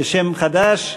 בשם חד"ש,